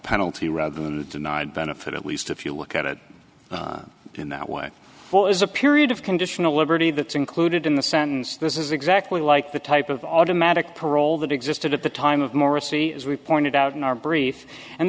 penalty rather than denied benefit at least if you look at it in that way is a period of conditional liberty that's included in the sentence this is exactly like the type of automatic parole that existed at the time of morrissey as we pointed out in our brief and